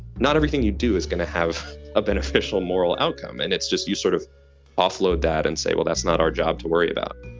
not everything you do is going to have a beneficial moral outcome. and it's just you sort of offload that and say, well, that's not our job to worry about